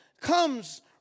comes